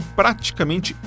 praticamente